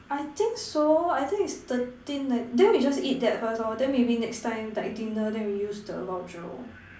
I think so I think it's thirteen eh then we just eat that first lor then maybe next time like dinner then we use the voucher